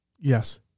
Yes